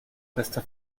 questa